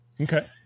Okay